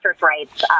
rights